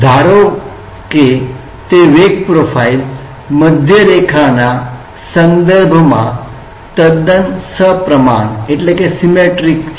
ધારો કે તે વેગ પ્રોફાઇલ મધ્ય રેખાના સંદર્ભમાં તદ્દન સપ્રમાણ છે